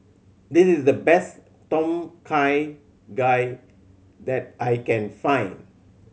this is the best Tom Kha Gai that I can find